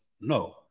no